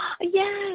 Yes